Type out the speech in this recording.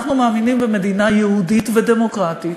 אנחנו מאמינים במדינה יהודית ודמוקרטית,